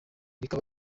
rikaba